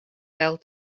fell